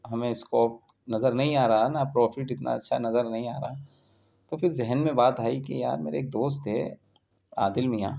ہمیں اسکوپ نظر نہیں آ رہا نا پروفٹ اتنا اچھا نظر نہیں آ رہا تو پھر ذہن میں بات آئی کہ یار میرے ایک دوست تھے عادل میاں